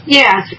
yes